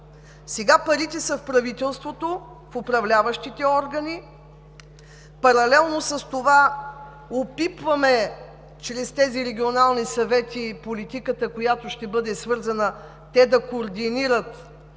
Сега парите са в правителството, в управляващите органи, паралелно с това опитваме чрез тези регионални съвети политиката, която ще бъде свързана те да координират